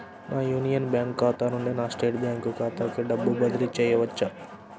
నా Union Bank ఖాతా నుండి నా స్టేట్ బ్యాంకు ఖాతాకి డబ్బు బదిలి చేయవచ్చా?